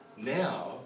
now